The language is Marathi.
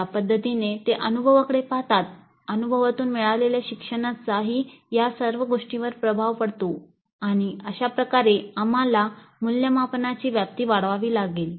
ज्या पद्धतीने ते अनुभवाकडे पाहतात अनुभवातून मिळवलेल्या शिक्षणाचाही या सर्व गोष्टींवर प्रभाव पडतो आणि अशा प्रकारे आम्हाला मूल्यमापनाची व्याप्ती वाढवावी लागेल